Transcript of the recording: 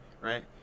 right